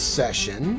session